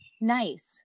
Nice